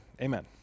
Amen